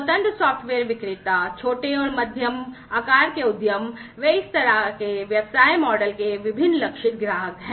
स्वतंत्र सॉफ़्टवेयर विक्रेता छोटे और मध्यम आकार के उद्यम वे इस तरह के व्यवसाय मॉडल के विभिन्न लक्षित ग्राहक हैं